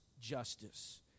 justice